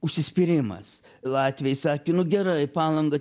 užsispyrimas latviai sakė nu gerai palangą